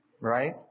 Right